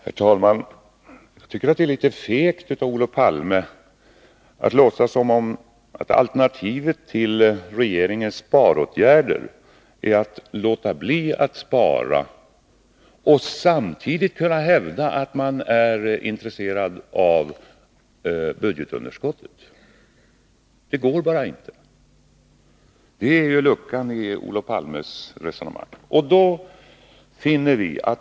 Herr talman! Jag tycker att det är litet fegt av Olof Palme att låtsas som om alternativet till regeringens sparåtgärder är att låta bli att spara och samtidigt kunna hävda att man är intresserad av budgetunderskottet! Det går bara inte. Det är luckan i Olof Palmes resonemang.